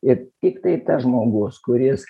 ir tiktai tas žmogus kuris